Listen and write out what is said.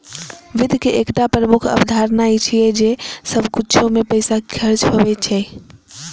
वित्त के एकटा प्रमुख अवधारणा ई छियै जे सब किछु मे पैसा खर्च होइ छै